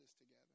together